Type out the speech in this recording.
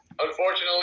unfortunately